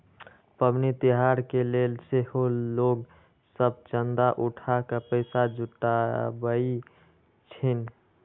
पबनि तिहार के लेल सेहो लोग सभ चंदा उठा कऽ पैसा जुटाबइ छिन्ह